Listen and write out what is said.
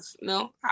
No